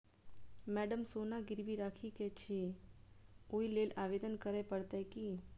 Madam सोना गिरबी राखि केँ छैय ओई लेल आवेदन करै परतै की?